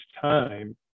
time